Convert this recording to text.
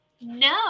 no